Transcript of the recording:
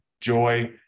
joy